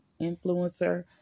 influencer